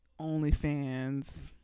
OnlyFans